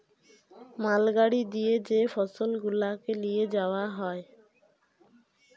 মাল গাড়ি দিয়ে যে ফসল গুলাকে লিয়ে যাওয়া হয়